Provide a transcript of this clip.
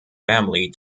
family